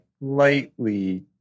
lightly